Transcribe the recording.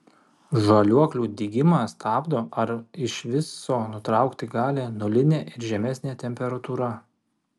žaliuokių dygimą stabdo arba ir iš viso nutraukti gali nulinė ir žemesnė temperatūra